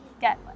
get